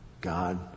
God